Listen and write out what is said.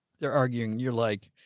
they're arguing, you're like,